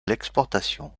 l’exportation